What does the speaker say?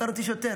עצר אותי שוטר.